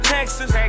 Texas